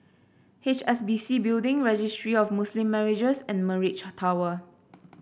H S B C Building Registry of Muslim Marriages and Mirage Tower